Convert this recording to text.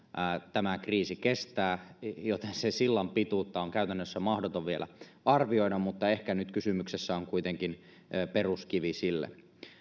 tämä kriisi kestää joten sen sillan pituutta on käytännössä mahdoton vielä arvioida mutta ehkä nyt kysymyksessä on kuitenkin peruskivi sille